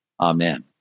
Amen